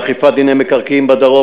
אכיפת דיני מקרקעין בדרום,